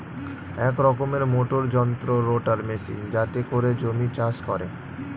এক রকমের মোটর যন্ত্র রোটার মেশিন যাতে করে জমি চাষ করে